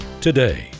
today